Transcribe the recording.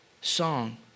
song